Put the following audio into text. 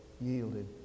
yielded